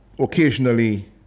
occasionally